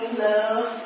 love